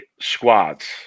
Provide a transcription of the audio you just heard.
squads